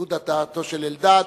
בניגוד לדעתו של אלדד.